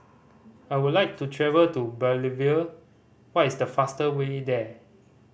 I would like to travel to Bolivia what is the fast way there